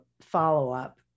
follow-up